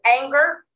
anger